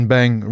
Bang